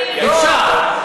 אפשר,